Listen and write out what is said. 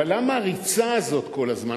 אבל למה הריצה הזאת כל הזמן,